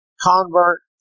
convert